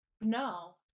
No